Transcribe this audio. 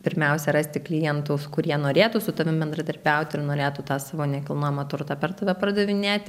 pirmiausia rasti klientus kurie norėtų su tavim bendradarbiauti ir norėtų tą savo nekilnojamą turtą per tave pardavinėti